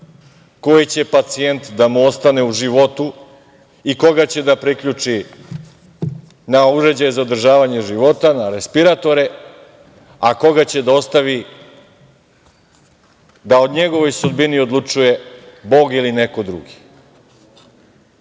koji će pacijent da mu ostane u životu i koga će da priključi na uređaj za održavanje života, na respirator, a koga će da ostavi da o njegovoj sudbini odlučuje Bog ili neko drugi. Da